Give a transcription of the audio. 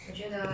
ya